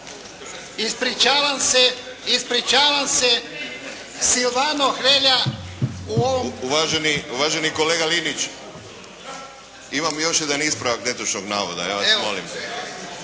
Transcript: Ispričavam se, Silvano Hrelja. **Hrelja, Silvano (HSU)** Uvaženi kolega Linić, imam još jedan ispravak netočnog navoda ja vas molim.